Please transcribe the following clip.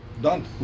Done